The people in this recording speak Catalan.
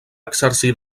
exercir